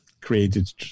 created